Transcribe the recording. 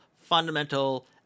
fundamental